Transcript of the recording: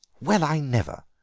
well, i never!